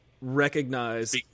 recognize